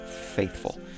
faithful